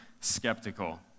skeptical